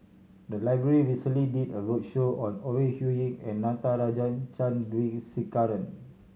the library recently did a roadshow on Ore Huiying and Natarajan Chandrasekaran